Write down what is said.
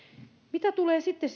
mitä tulee sitten